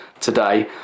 today